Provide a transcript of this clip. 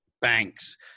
banks